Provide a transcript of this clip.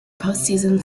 postseason